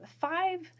five